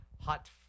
hot